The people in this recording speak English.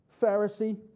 Pharisee